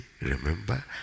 remember